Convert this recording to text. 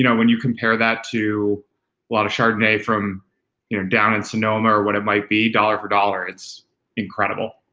you know when you compare that to a lot of chardonnay from you know down in sonoma or what it might be dollar for dollar, it's incredible.